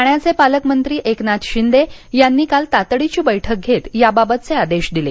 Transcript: ठाण्याचे पालकमंत्री एकनाथ शिंदे यांनी काल तातडीची बैठक घेत याबाबतचे आदेश दिले